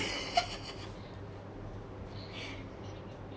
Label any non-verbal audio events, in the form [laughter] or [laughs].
[laughs]